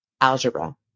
algebra